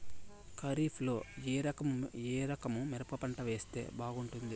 ఖరీఫ్ లో ఏ రకము మిరప పంట వేస్తే బాగుంటుంది